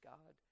God